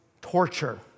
torture